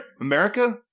America